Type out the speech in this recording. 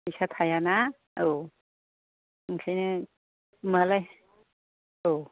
फैसा थायाना औ ओंखायनो होम्बालाय औ